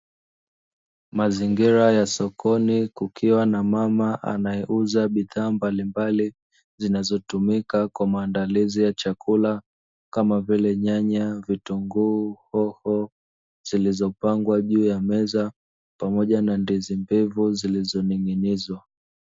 Mazingira ya sokoni kukiwa na mama anayeuza bidhaa mbalimbali zinazotumika kwa maandalizi ya chakula, kama vile: nyanya, vitunguu, hoho; zilizopangwa juu ya meza pamoja na ndizi mbivu zilizoning'inizwa.